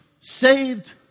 saved